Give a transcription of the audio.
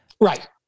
Right